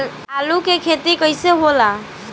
आलू के खेती कैसे होला?